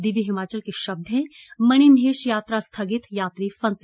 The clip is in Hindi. दिव्य हिमाचल के शब्द हैं मणिमहेश यात्रा स्थगित यात्री फंसे